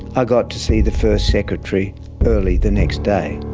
i got to see the first secretary early the next day.